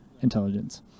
intelligence